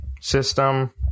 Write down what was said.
system